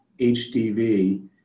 HDV